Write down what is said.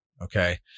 Okay